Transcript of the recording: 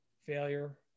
failure